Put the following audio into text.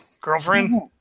Girlfriend